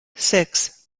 six